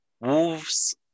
Wolves